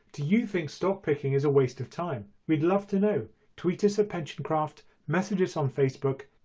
do you think stock-picking is a waste of time? we'd love to know tweet us pensioncraft, message us on facebook,